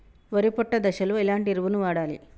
వరి పొట్ట దశలో ఎలాంటి ఎరువును వాడాలి?